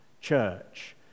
church